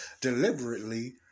deliberately